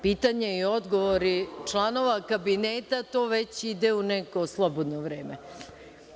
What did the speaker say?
Pitanje i odgovor članova kabineta, to već ide u neko slobodno vreme.